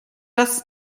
dass